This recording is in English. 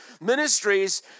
ministries